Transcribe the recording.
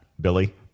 Billy